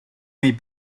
nei